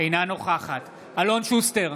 אינה נוכחת אלון שוסטר,